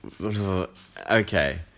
okay